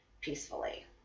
peacefully